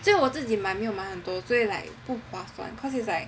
只有我自己买没有买很多 cause it's like